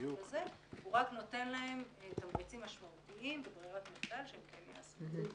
הוא רק נותן להן תמריצים משמעותיים וברירת מחדל שהם כן יעשו את זה.